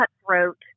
cutthroat